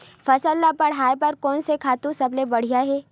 फसल ला बढ़ाए बर कोन से खातु सबले बढ़िया हे?